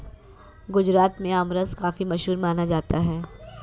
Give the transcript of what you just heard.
गुजरात में आमरस काफी मशहूर माना जाता है